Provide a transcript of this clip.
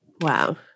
Wow